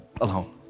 alone